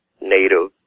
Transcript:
Native